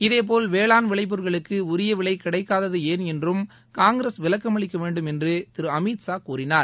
இதேபோல் வேளாண் விளைப்பொருட்களுக்கு உரிய விலை கிடைக்காதது ஏன் என்று காங்கிரஸ் விளக்கமளிக்கவேண்டும் என்று திரு அமீத்ஷா கோரினார்